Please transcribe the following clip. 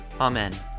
Amen